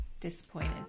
disappointed